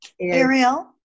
Ariel